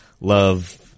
Love